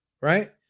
right